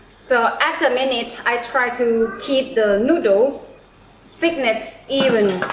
so at the minute, i try to keep the noodles thickness even.